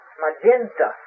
magenta